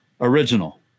original